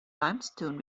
limestone